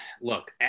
look